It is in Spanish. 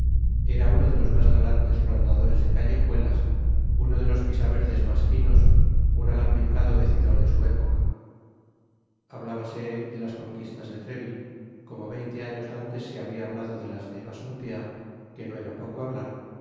era uno de los mas galantes rondadores de callejuelas uno de los pisaverdes mas finos un alambicado decidor de su época hablábase de las conquistas de treville como veinte años antes se habia hablado de las de bassompierre que no era poco hablar